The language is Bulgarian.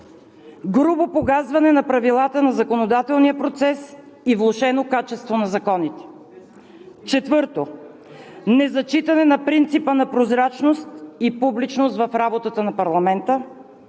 грубо погазване на правилата на законодателния процес и влошено качество на законите. Четвърто, незачитане на принципа на прозрачност и публичност в работата на парламента.